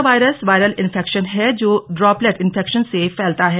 corona virus viral infection है जो droplet infection से फैलता है